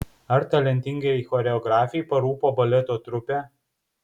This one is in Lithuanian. ar talentingai choreografei parūpo baleto trupė